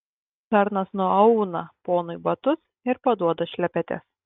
tarnas nuauna ponui batus ir paduoda šlepetes